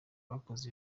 rwakoze